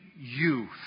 youth